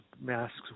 masks